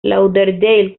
lauderdale